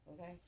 Okay